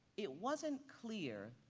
it wasn't clear